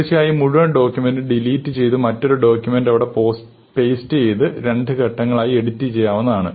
തീർച്ചയായും മുഴുവൻ ഡോക്യൂമെന്റൂം ഡിലീറ്റ് ചെയ്തു മറ്റൊരു ഡോക്യൂമെന്റു അവിടെ പേസ്റ്റ് ചെയ്ത് രണ്ട് ഘട്ടങ്ങളായി എഡിറ്റു ചെയ്യാവുന്നതാണ്